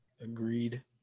Agreed